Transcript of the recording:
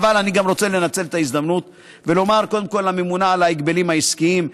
אני רוצה לנצל את ההזדמנות ולומר קודם כול לממונה על ההגבלים העסקיים,